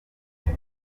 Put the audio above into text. dore